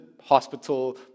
hospital